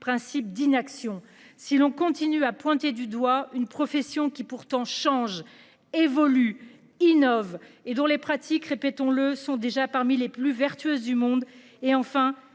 d'inaction. Si l'on continue à pointer du doigt une profession qui pourtant change. Évolue innove et dont les pratiques répétons-le sont déjà parmi les plus vertueuses du monde et enfin